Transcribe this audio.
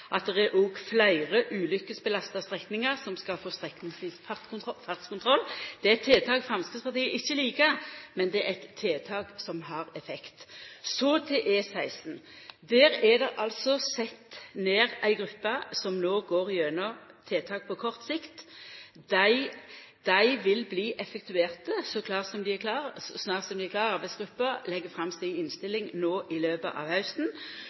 at det òg er fleire ulykkesbelasta strekningar som skal få strekningsvis fartskontroll. Det er tiltak som Framstegspartiet ikkje liker, men det er tiltak som har effekt. Så til E16: Der er det altså sett ned ei gruppe som no går gjennom tiltak på kort sikt. Dei vil bli effektuerte så snart dei er klare, og arbeidsgruppa legg fram si innstilling i løpet av hausten.